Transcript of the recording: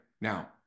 now